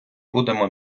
будемо